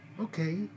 okay